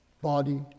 body